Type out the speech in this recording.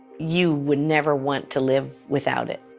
you will never want to live without it.